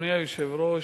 אדוני היושב-ראש,